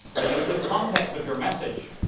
that knows the context of your message,